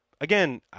again